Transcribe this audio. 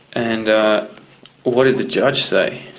and what did the judge say?